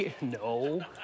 No